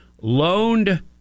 loaned